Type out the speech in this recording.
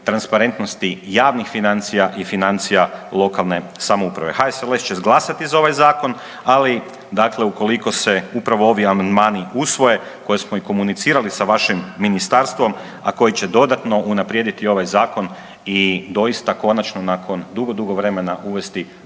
transparentnosti javnih financija i financija lokalne samouprave. HSLS će glasati za ovaj zakon, ali dakle ukoliko se upravo ovi amandmani usvoje koje smo i komunicirali sa vašim ministarstvom, a koji će dodatno unaprijediti ovaj zakon i doista konačno nakon dugo, dugo vremena uvesti